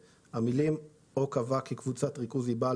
המילים "או קבע כי קבוצת ריכוז היא בעל